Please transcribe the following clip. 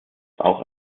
auch